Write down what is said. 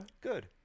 good